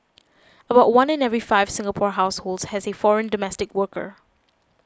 about one in every five Singapore households has a foreign domestic worker